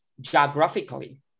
geographically